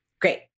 Great